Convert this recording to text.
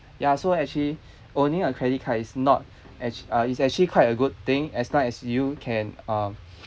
ya so actually owning a credit card is not actu~ uh it's actually quite a good thing as long as you can um